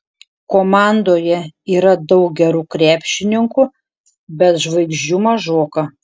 komandoje yra daug gerų krepšininkų bet žvaigždžių mažoka